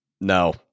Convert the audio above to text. No